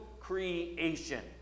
creation